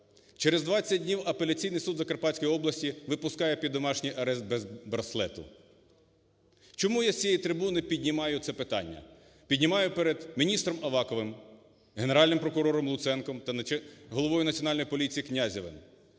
Через 20 днів апеляційний суд Закарпатської області випускає під домашній арешт без браслету. Чому я з цієї трибуни піднімаю це питання? піднімаю перед міністром Аваковим, Генеральним прокурором Луценком та головою Національної поліції Князевим?